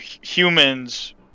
humans